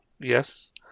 Yes